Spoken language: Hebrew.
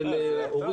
היה פה יחסית --- לא,